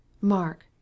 Mark